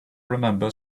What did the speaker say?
remember